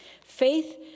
Faith